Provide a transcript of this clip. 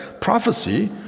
prophecy